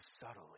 subtly